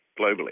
globally